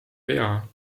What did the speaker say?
pea